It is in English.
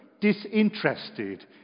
disinterested